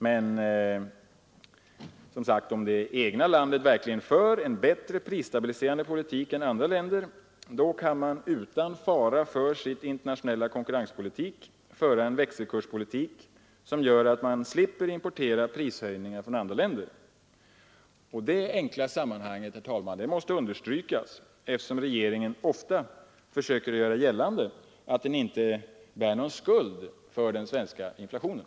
Men om man, som jag sagt, i det egna landet verkligen för en bättre prisstabiliserande politik än andra länder, kan man utan fara för sitt internationella konkurrensläge föra en växelkurspolitik som gör att vi i Sverige t.ex. slipper prishöjningar från andra länder. Detta enkla sammanhang måste, herr talman, understrykas eftersom regeringen ofta försöker göra gällande att den inte bär någon skuld för den svenska inflationen.